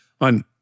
on